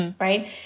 Right